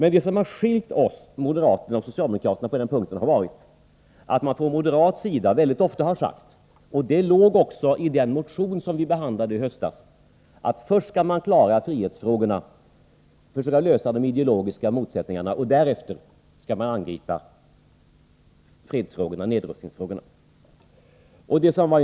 Det som på den punkten har skilt oss och moderaterna har varit att man från den moderata sidan väldigt ofta har sagt — och det framgick också av den motion som behandlades i höstas — att man först skall klara frihetsfrågorna och försöka lösa de ideologiska motsättningarna och därefter angripa fredsfrågorna och nedrustningsfrågorna.